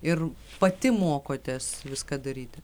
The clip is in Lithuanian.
ir pati mokotės viską daryti